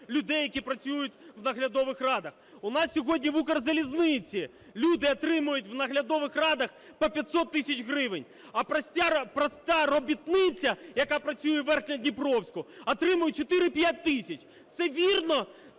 людей, які працюють у наглядових радах. У нас сьогодні в "Укрзалізниці" люди отримують в наглядових радах по 500 тисяч гривень, а проста робітниця, яка працює у Верхньодніпровську отримує 4-5 тисяч. Це вірний